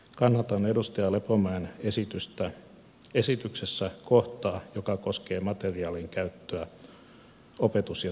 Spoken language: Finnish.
kannatan edustaja lepomäen esityksessä kohtaa joka koskee materiaalin käyttöä opetus ja